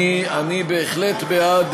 אני בהחלט בעד